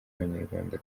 abanyarwanda